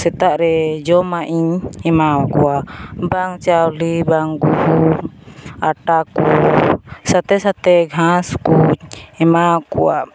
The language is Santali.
ᱥᱮᱛᱟᱜᱨᱮ ᱡᱚᱢᱟᱜ ᱤᱧ ᱮᱢᱟᱣᱟᱠᱚᱣᱟ ᱵᱟᱝ ᱪᱟᱣᱞᱮ ᱵᱟᱝ ᱜᱩᱦᱩᱢ ᱟᱴᱟᱠᱚ ᱥᱟᱛᱷᱮ ᱥᱟᱛᱷᱮ ᱜᱷᱟᱠᱚᱧ ᱮᱢᱟᱣᱟᱠᱚᱣᱟ